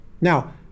Now